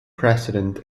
president